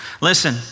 Listen